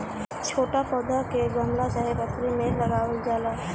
छोट पौधा के गमला चाहे पन्नी में उगावल जाला